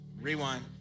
rewind